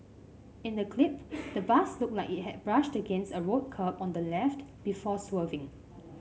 in the clip the bus looked like it had brushed against a road curb on the left before swerving